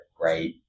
right